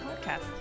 Podcast